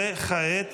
וכעת